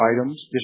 items